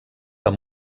amb